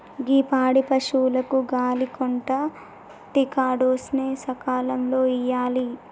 గీ పాడి పసువులకు గాలి కొంటా టికాడోస్ ని సకాలంలో ఇయ్యాలి